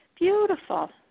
Beautiful